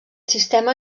sistema